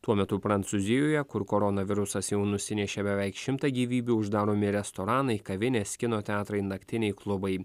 tuo metu prancūzijoje kur koronavirusas jau nusinešė beveik šimtą gyvybių uždaromi restoranai kavinės kino teatrai naktiniai klubai